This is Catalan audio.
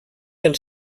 del